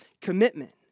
commitment